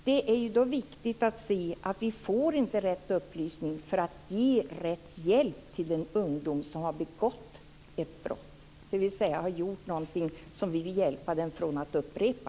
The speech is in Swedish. Det är viktigt att se att vi får rätt upplysning för att kunna ge rätt hjälp till ungdomar som har begått ett brott, dvs. har gjort någonting som vi vill hjälpa dem från att upprepa.